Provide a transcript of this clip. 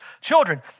children